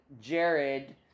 Jared